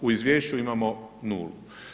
U Izvješću imamo nulu.